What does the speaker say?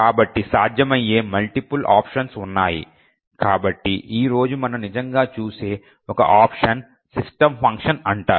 కాబట్టి సాధ్యమయ్యే multiple options ఉన్నాయి కాబట్టి ఈ రోజు మనం నిజంగా చూసే ఒక ఆప్షన్ system ఫంక్షన్ అంటారు